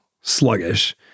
sluggish